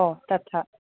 ओ तथा